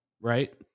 right